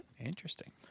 interesting